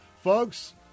Folks